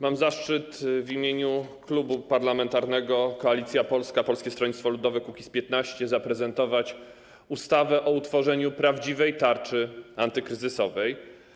Mam zaszczyt w imieniu Klubu Parlamentarnego Koalicja Polska - Polskie Stronnictwo Ludowe - Kukiz15 zaprezentować ustawę o utworzeniu prawdziwej tarczy antykryzysowej.